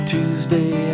Tuesday